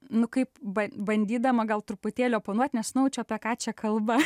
nu kaip ba bandydama gal truputėlį oponuot nes nujaučiu apie ką čia kalba